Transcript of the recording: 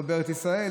לא בארץ ישראל,